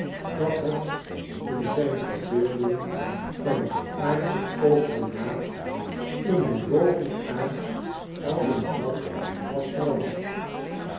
dat het in zijn verbeelding van een aardsche koperen maat in een bovenaardscli gouden vat was veranderd